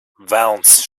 velns